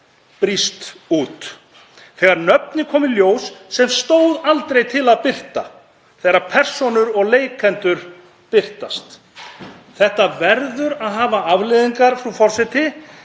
brýst út þegar nöfn kom í ljós sem stóð aldrei til að birta, þegar persónur og leikendur birtast. Þetta verður að hafa afleiðingar, frú forseti,